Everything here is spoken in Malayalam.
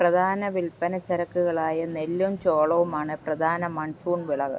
പ്രധാന വില്പ്പനച്ചരക്കുകളായ നെല്ലും ചോളവുമാണ് പ്രധാന മൺസൂൺ വിളകൾ